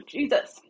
Jesus